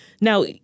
Now